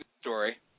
story